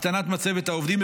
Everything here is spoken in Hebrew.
הקטנת מצבת העובדים,